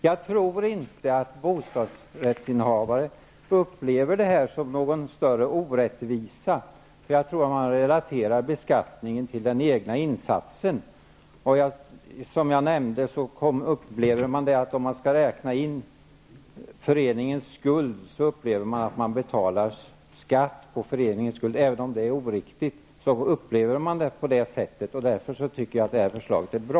Jag tror inte att bostadsrättsinnehavare upplever det här som någon större orättvisa. Jag tror att man relaterar beskattningen till den egna insatsen. Om man skall räkna in föreningens skuld, upplever man att man betalar skatt på den. Man upplever det så även om det är oriktigt. Jag tycker därför att det här förslaget är bra.